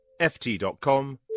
ft.com